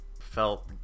felt